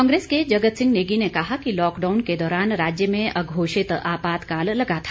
कांग्रेस के जगत सिंह नेगी ने कहा कि लाकडाउन के दौरान राज्य में अघोषित आपातकाल लगा था